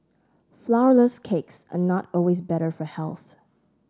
flourless cakes are not always better for health